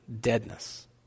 deadness